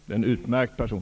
Det är en utmärkt person.